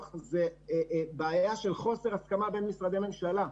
זה בעיה של חוסר הסכמה בין משרדי ממשלה,